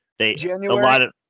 January